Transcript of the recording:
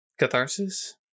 Catharsis